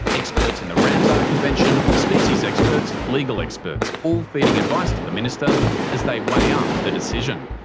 experts in the ramsar convention, species experts, legal experts, all feeding advice to the minister as they weigh up the decision.